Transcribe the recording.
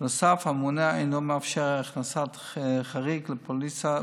בנוסף, הממונה אינו מאפשר הכנסת חריג לפוליסת